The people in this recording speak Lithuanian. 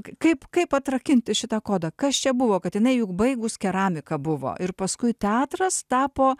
kaip kaip atrakinti šitą kodą kas čia buvo kad jinai juk baigus keramiką buvo ir paskui teatras tapo